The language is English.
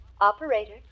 Operator